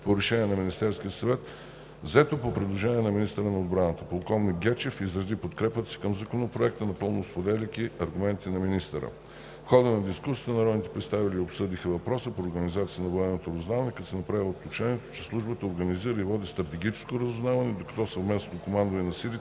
по решение на Министерския съвет, взето по предложение на министъра на отбраната. Полковник Гечев изрази подкрепата си към Законопроекта, напълно споделяйки аргументите на министъра. В хода на дискусията народните представители обсъдиха въпроси по организацията на военното разузнаване като се направи уточнението, че службата организира и води стратегическото разузнаване, докато съвместното командване на силите